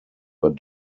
but